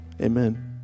Amen